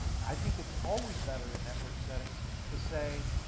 i think it's always better in network settings to say,